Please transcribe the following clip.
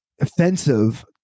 offensive